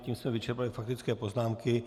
Tím jsme vyčerpali faktické poznámky.